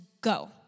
go